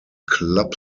club